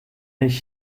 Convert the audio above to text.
ich